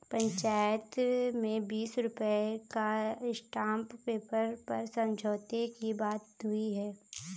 पंचायत में बीस रुपए का स्टांप पेपर पर समझौते की बात हुई है